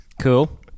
cool